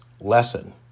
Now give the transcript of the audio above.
lesson